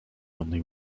only